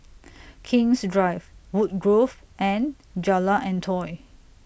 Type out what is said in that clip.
King's Drive Woodgrove and Jalan Antoi